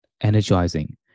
energizing